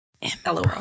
Hello